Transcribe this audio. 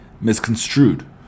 misconstrued